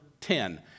ten